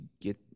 get